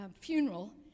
funeral